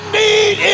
need